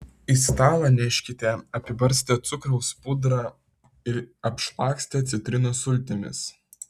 į stalą neškite apibarstę cukraus pudrą ir apšlakstę citrinos sultimis